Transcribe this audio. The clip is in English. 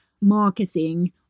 marketing